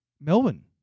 Melbourne